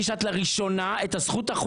אני לא זוכר שהבאתי הוראת שעה לכנסת הזאת.